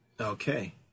Okay